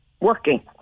working